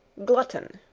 glutton,